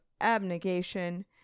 abnegation